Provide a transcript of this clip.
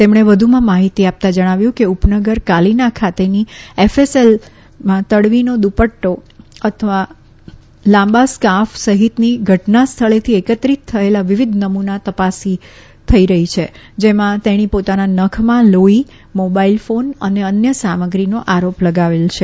તેમણે વધુમાં માહિતી આપતાં જણાવ્યું કે ઉપનગર કાલીના ખાતેની એફએસએલ તડવીનો દુપદો અથવા લાંબા સ્કાર્ફ સહિતની ઘટના સ્થળેથી એકત્રિત થયેલા વિવિધ નમૂના તપાસી રહી છે જેમાં તેણી પોતાના નખમાં લોહી મોબાઈલ ફોન અને અન્ય સામગ્રીનો આરોપ લગાવે છે